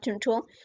tool